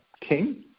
King